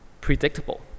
predictable